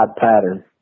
pattern